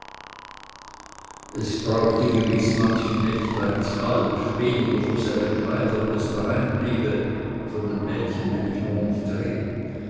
es brauchte gewiß manch knechtlein dshalb weniger für seine kleider wenn es daheim bliebe von den mädchen will ich nur nicht reden